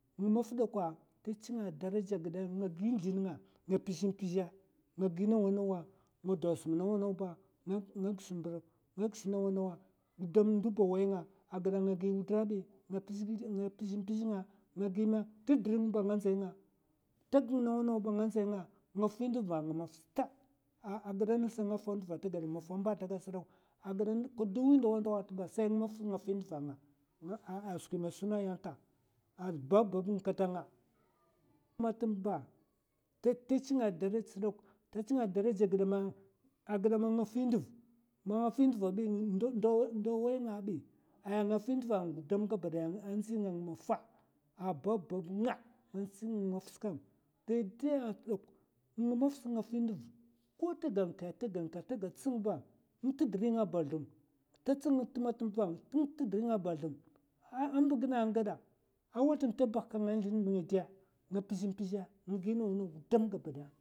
Nga maffa ɓakwa ta chinga a daraja agiɓe man nga gi mizline nga. nga gi nawa, nga m'pizh pizhe nga gi nawa nawa nga do a sum nawa nawa ba. nga m'pizh, nga gish nawa nawa ba gudam ndohi ta waynga a giɓa man nga gi wudar azèi, nga gi ngasa ta dur nga ba nga ndzay nga gine. tagi nawa nawa ba nga ndzay nga gine, nga fi nduv nga maffa tal, a giɓa a ngasa ata gaɓ maffa amba ata gaɓ kado wi ndawa, nga maffa nga fi nduva a skwi man ye suna aye ba babba nga kata nga, ta chinga a daraja sɗkam agiɓe me?, ta chinga a daraja sa agiɓe man nga fi nduv, man nga sa fi nduv. ta waynga èi ay nga fi nduv gudam gaba kiɓaya nga, a babbnga man maffa ko man tagang ke ata gang ke ba, nga te riy nga a bozlozlum ta tsing tema tema ba nga te riy nga a bozlozlum ngine amba gine a nga gaɓa a ngwazlim ta bahakanga a mizline nga de. nga m'pizh pizhe nga gudam gabaɓaya.